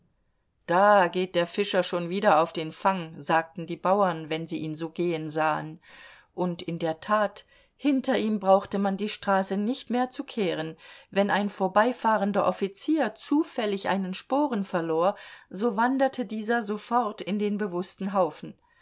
da geht der fischer schon wieder auf den fang sagten die bauern wenn sie ihn so gehen sahen und in der tat hinter ihm brauchte man die straße nicht mehr zu kehren wenn ein vorbeifahrender offizier zufällig einen sporen verlor so wanderte dieser sofort in den bewußten haufen